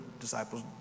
disciples